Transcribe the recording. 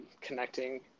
connecting